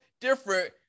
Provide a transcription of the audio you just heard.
different